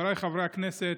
חבריי חברי הכנסת,